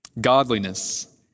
godliness